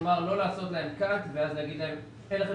כלומר, לא לומר להם שאין להם רישיון.